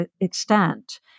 extent